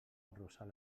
arronsar